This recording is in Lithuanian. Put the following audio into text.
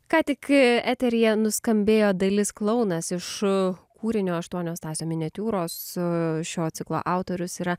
ką tik eteryje nuskambėjo dalis klounas iš kūrinio aštuonios stasio miniatiūros šio ciklo autorius yra